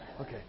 Okay